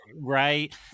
Right